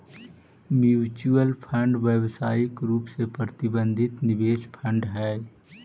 mutual fund व्यावसायिक रूप से प्रबंधित निवेश फंड हई